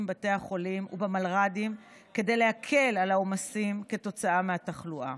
בבתי החולים ובמלר"דים כדי להקל את העומסים כתוצאה מהתחלואה.